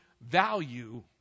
value